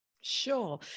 Sure